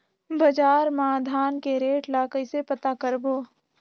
बजार मा धान के रेट ला कइसे पता करबो?